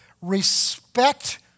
respect